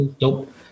Nope